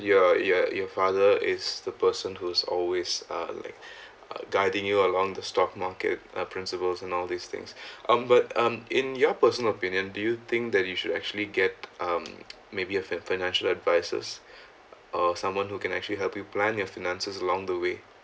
your your your father is the person who's always uh like uh guiding you along the stock market a principles and all these things um but um in your personal opinion do you think that you should actually get um maybe a fi~ financial advisors or someone who can actually help you plan your finances along the way